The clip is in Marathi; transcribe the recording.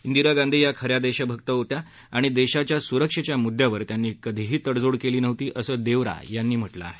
इंदिरा गांधी या खऱ्या देशभक्त होत्या आणि देशाच्या सुरक्षेच्या मुद्दावर त्यांनी कधीही तडजोड केली नव्हती असं देवरा यांनी या म्हटलं आहे